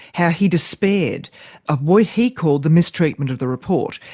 how he despaired of what he called the mistreatment of the report.